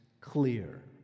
clear